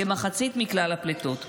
כמחצית מכלל הפליטות.